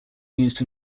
used